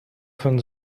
von